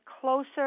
closer